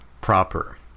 proper